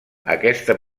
aquesta